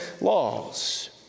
laws